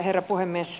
herra puhemies